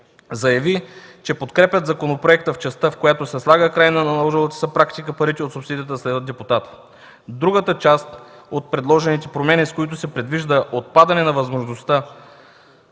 Заяви, че подкрепят законопроекта в частта, в която се слага край на наложилата се практика парите от субсидията да следват депутата. Другата част от предложените промени, с които се предвижда отпадане на възможността